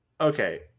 okay